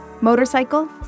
motorcycle